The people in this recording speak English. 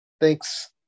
Thanks